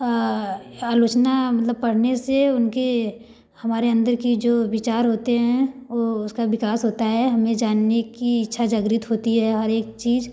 आलोचना मतलब पढ़ने से उनके हमारे अंदर की जो विचार होते हैं वो उसका विकास होता है हम में जानने की इच्छा जागृत होती है हर एक चीज़